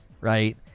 right